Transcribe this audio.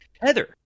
Heather